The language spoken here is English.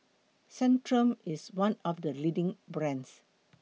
Centrum IS one of The leading brands